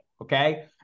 okay